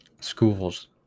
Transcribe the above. school's